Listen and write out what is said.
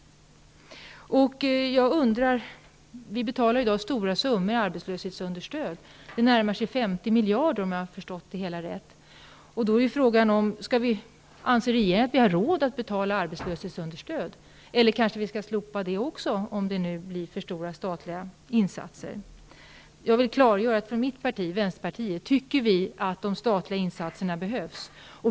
Vi betalar i dag stora summor i arbetslöshetsunderstöd, närmare 50 miljarder, om jag förstått det hela rätt. Då är frågan: Anser regeringen att vi har råd att betala arbetslöshetsunderstöd? Skall vi kanske slopa det också, om det nu blir fråga om för stora statliga insatser? Jag vill klargöra att vi i mitt parti, Vänsterpartiet, tycker att de statliga insatserna behövs.